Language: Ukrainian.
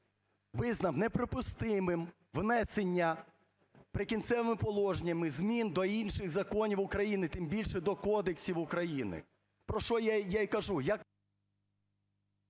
визнав неприпустимим внесення "Прикінцевими положеннями" змін до інших законів України, тим більше до кодексів України. Про що я і кажу…